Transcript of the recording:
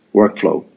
workflow